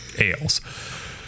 ales